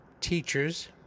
teachers